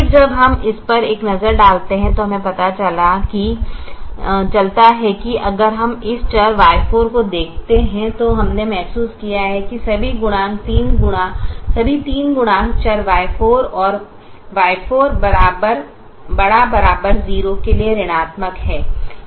फिर जब हम इस पर एक नज़र डालते हैं तो हमें पता चलता है कि अगर हम इस चर Y4 को देखते हैं तो हमने महसूस किया कि सभी 3 गुणांक चर Y4 और Y4 ≥ 0 के लिए ऋणात्मक हैं